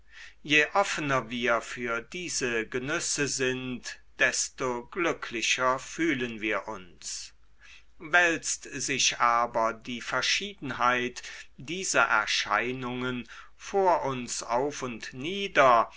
je offener wir für diese genüsse sind desto glücklicher fühlen wir uns wälzt sich aber die verschiedenheit dieser erscheinungen vor uns auf und nieder